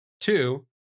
Two